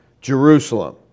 Jerusalem